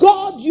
God